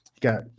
Got